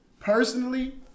Personally